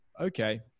okay